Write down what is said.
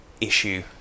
issue